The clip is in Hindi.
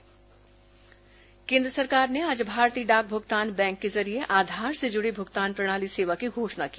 सरकार भुगतान बैंक केन्द्र सरकार ने आज भारतीय डाक भुगतान बैंक के जरिये आधार से जुड़ी भुगतान प्रणाली सेवा की घोषणा की